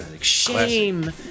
Shame